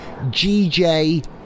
GJ